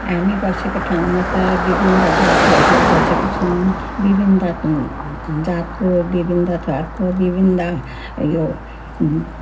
हामी बसेको ठाउँमा त विभिन्न जातिहरू बसेको छौँ विभिन्न जातको विभिन्न थरको विभिन्न यो